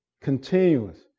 Continuous